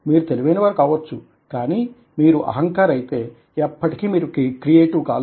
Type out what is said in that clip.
మీరు తెలివైనవారు కావచ్చు కానీ మీరు అహంకారి అయితే ఎప్పటికీ మీరు క్రియేటివ్ కాలేరు